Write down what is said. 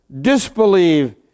disbelieve